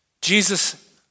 Jesus